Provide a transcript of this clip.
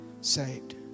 saved